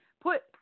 put